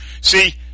See